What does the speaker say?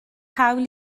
hawl